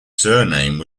surname